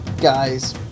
Guys